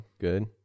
good